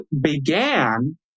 began